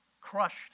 crushed